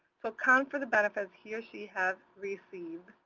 to account for the benefits he or she has received,